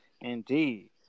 Indeed